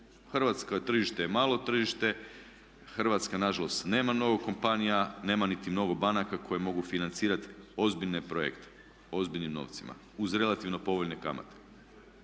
Hrvatsko tržište je malo tržište, Hrvatska nažalost nema mnogo kompanija, nema niti mnogo banaka koje mogu financirati ozbiljne projekte ozbiljnim novcima uz relativno povoljne kamate.